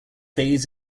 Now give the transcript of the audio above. fades